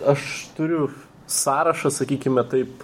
aš turiu sąrašą sakykime taip